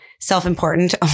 self-important